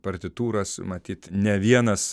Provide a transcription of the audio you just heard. partitūras matyt ne vienas